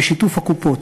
בשיתוף הקופות.